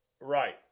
Right